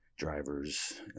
drivers